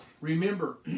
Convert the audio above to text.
Remember